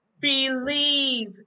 Believe